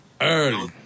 Early